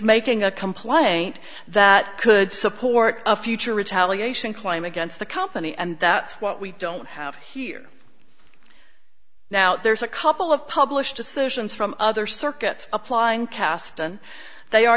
making a complaint that could support a future retaliation claim against the company and that's what we don't have here now there's a couple of published decisions from other circuits applying kasten they are